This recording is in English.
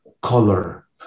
color